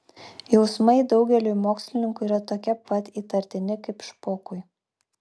jausmai daugeliui mokslininkų yra tokie pat įtartini kaip špokui